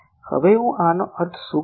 હવે હું આનો અર્થ શું કરું